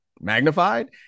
magnified